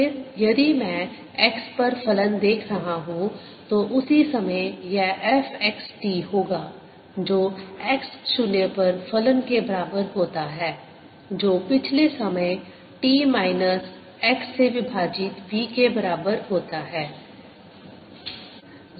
फिर यदि मैं x पर फलन देख रहा हूं तो उसी समय यह fxt होगा जो x 0 पर फलन के बराबर होता है जो पिछले समय t माइनस x से विभाजित v के बराबर होता है